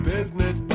Business